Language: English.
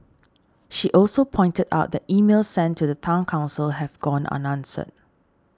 she also pointed out that emails sent to the Town Council have gone unanswered